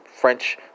French